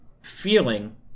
feeling